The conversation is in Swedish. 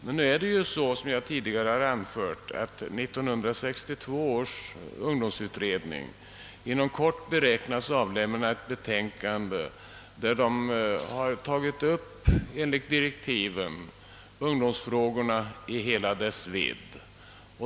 Men såsom jag tidigare anfört beräknas 1962 års ungdomsutredning inom kort avlämna ett betänkande där den enligt direktiven tagit upp ungdomsfrågorna i hela deras vidd.